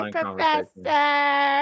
Professor